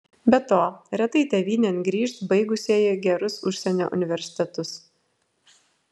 be to retai tėvynėn grįžt baigusieji gerus užsienio universitetus